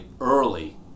early